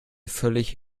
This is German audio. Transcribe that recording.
völlig